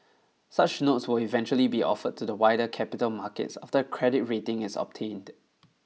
such notes will eventually be offered to the wider capital markets after a credit rating is obtained